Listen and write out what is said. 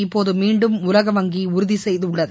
இப்போது மீண்டும் உலக வங்கி உறுதி செய்துள்ளது